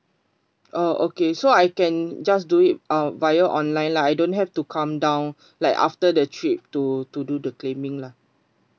oh okay so I can just do it uh via online lah I don't have to come down like after the trip to to do the claiming lah